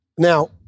Now